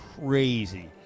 crazy